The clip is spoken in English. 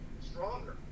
stronger